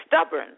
stubborn